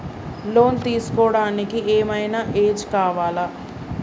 Loan తీస్కోవడానికి ఏం ఐనా ఏజ్ కావాలా?